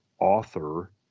Author